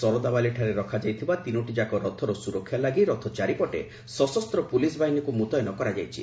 ଶରଧାବାଲି ଠାରେ ରଖାଯାଇ ଥିବା ତିନୋଟି ଯାକ ରଥର ସୁରକ୍ଷା ଲାଗି ରଥ ଚାରିପଟେ ସଶସ୍ତ ପୋଲିସ ବାହିନୀଙ୍କୁ ମୁତୟନ କରାଯାଇଛି